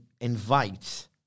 invite